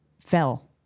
fell